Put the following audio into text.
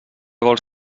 vols